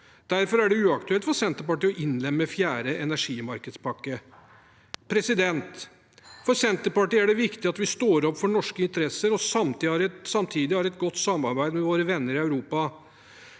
Derfor er det uaktuelt for Senterpartiet å innlemme fjerde energimarkedspakke. For Senterpartiet er det viktig at vi står opp for norske interesser og samtidig har et godt samarbeid med våre venner i Europa,